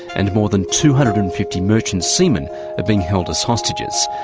and more than two hundred and fifty merchant seamen are being held as hostages.